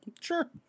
sure